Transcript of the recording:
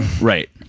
right